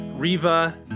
riva